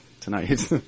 tonight